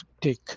take